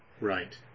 Right